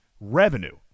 revenue